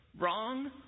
Wrong